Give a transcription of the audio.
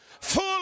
full